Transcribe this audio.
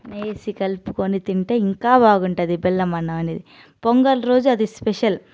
నెయ్యి వేసి కలుపుకొని తింటే ఇంకా బాగుంటుంది బెల్లం అన్నం అనేది పొంగల్ రోజు అది స్పెషల్